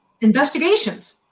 investigations